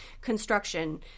Construction